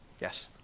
Yes